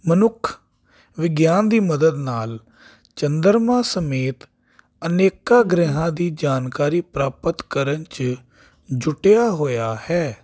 ਮਨੁੱਖ ਵਿਗਿਆਨ ਦੀ ਮਦਦ ਨਾਲ ਚੰਦਰਮਾ ਸਮੇਤ ਅਨੇਕਾਂ ਗ੍ਰਹਿਆਂ ਦੀ ਜਾਣਕਾਰੀ ਪ੍ਰਾਪਤ ਕਰਨ 'ਚ ਜੁਟਿਆ ਹੋਇਆ ਹੈ